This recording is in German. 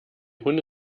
hunde